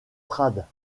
prades